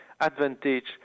advantage